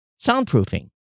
soundproofing